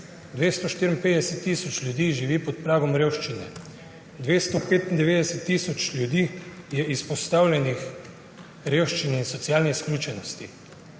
254 tisoč ljudi živi pod pragom revščine, 295 tisoč ljudi je izpostavljenih revščini in socialni izključenosti